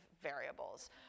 variables